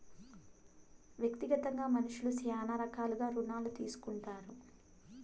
వ్యక్తిగతంగా మనుష్యులు శ్యానా రకాలుగా రుణాలు తీసుకుంటారు